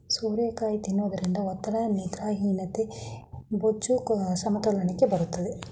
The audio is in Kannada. ಸೋರೆಕಾಯಿ ತಿನ್ನೋದ್ರಿಂದ ಒತ್ತಡ, ನಿದ್ರಾಹೀನತೆ, ಬೊಜ್ಜು, ಸಮತೋಲನಕ್ಕೆ ಬರುತ್ತದೆ